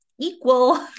equal